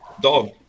Dog